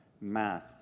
Math